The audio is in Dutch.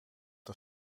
een